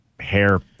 Hair